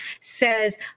says